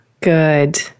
good